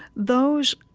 those,